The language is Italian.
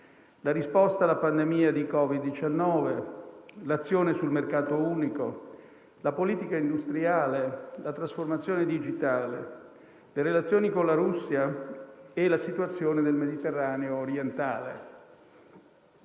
la risposta alla pandemia di Covid-19, l'azione sul mercato unico, la politica industriale, la trasformazione digitale, le relazioni con la Russia e la situazione nel Mediterraneo orientale.